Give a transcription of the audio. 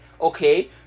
Okay